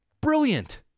Brilliant